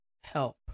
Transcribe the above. help